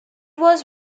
was